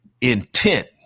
intent